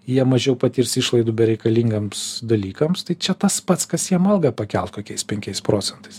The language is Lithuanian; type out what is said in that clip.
jie mažiau patirs išlaidų bereikalingiems dalykams tai čia tas pats kas jiem algą pakelt kokiais penkiais procentais